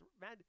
man